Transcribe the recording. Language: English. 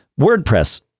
WordPress